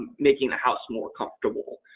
making the house more comfortable.